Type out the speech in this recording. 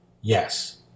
Yes